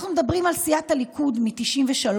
אנחנו מדברים על סיעת הליכוד מ-1993,